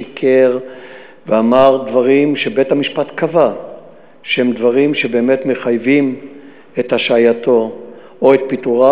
שיקר ואמר דברים שבית-המשפט קבע שהם מחייבים את השעייתו או את פיטוריו,